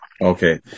Okay